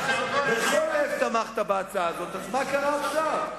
אז מה קרה עכשיו?